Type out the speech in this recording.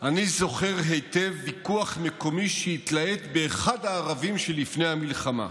אני זוכר היטב ויכוח מקומי שהתלהט באחד הערבים שלפני המלחמה.